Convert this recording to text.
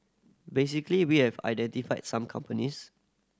basically we have identified some companies